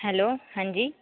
hello ਹਾਂਜੀ